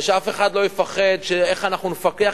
ושאף אחד לא יפחד איך אנחנו נפקח,